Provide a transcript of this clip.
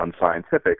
unscientific